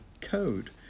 code